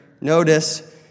Notice